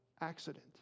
accident